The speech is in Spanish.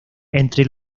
entre